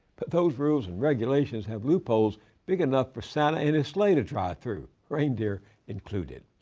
but those rules and regulations have loopholes big enough for santa and his sleigh to drive through, reindeer included.